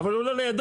אבל הוא לא לידו.